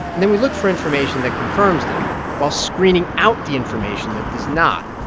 and then we look for information that confirms them while screening out the information that does not,